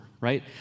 right